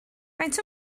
faint